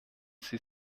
sie